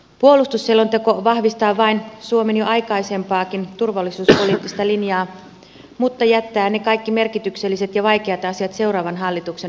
puolustusselonteko vahvistaa vain suomen jo aikaisempaakin turvallisuuspoliittista linjaa mutta jättää ne kaikki merkitykselliset ja vaikeat asiat seuraavan hallituksen päätettäviksi